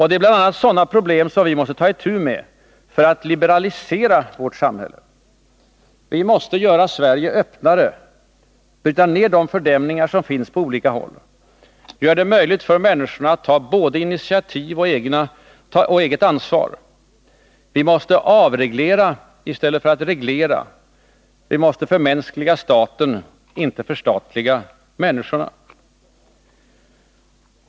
Det är bl.a. sådana problem som vi måste ta itu med för att ”liberalisera” vårt samhälle. Vi måste göra Sverige öppnare, bryta ned de fördämningar som finns på olika håll och göra det möjligt för människor att ta både ansvar och egna initiativ. Vi måste avreglera i stället för att reglera. Vi måste förmänskliga staten, inte förstatliga människorna.